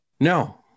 No